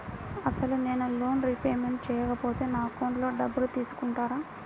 అసలు నేనూ loan repayment చేయకపోతే నా అకౌంట్లో డబ్బులు తీసుకుంటారా?